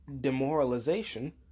demoralization